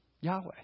Yahweh